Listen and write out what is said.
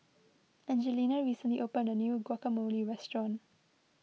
Angelina recently opened a new Guacamole restaurant